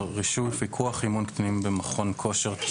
(רישוי ופיקוח) (אימון קטינים במכון כושר) (תיקון).